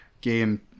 game